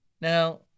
Now